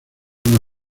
una